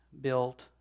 built